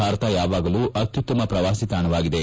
ಭಾರತ ಯಾವಾಗಲೂ ಅತ್ನುತ್ತಮ ಪ್ರವಾಸಿ ತಾಣವಾಗಿದೆ